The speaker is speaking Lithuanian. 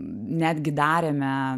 netgi darėme